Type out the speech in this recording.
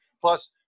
Plus